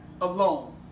alone